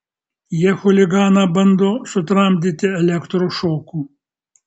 jie chuliganą bando sutramdyti elektros šoku